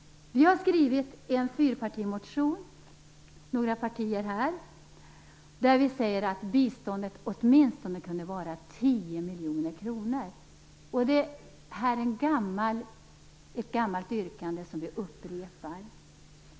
Vi har skrivit en fyrpartimotion där vi säger att biståndet åtminstone kunde vara 10 miljoner kronor. Det här är ett gammalt yrkande som vi upprepar.